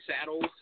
Saddles